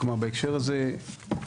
בהקשר הזה,